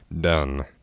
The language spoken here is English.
Done